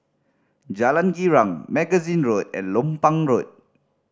Jalan Girang Magazine Road and Lompang Road